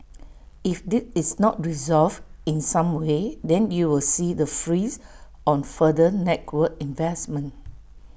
if this is not resolved in some way then you will see the freeze on further network investment